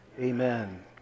amen